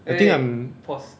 I think I'm